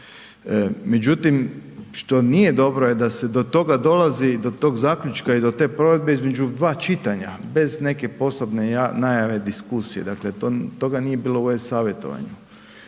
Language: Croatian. međutim što nije dobro je da se to toga dolazi, do tog zaključka i te provedbe između dva čitanja, bez neke posebne najave, diskusije, dakle toga nije bilo u e-savjetovanju.